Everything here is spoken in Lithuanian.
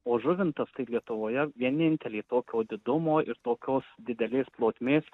o žuvintas tai lietuvoje vieninteliai tokio didumo ir tokios didelės plotmės